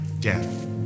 death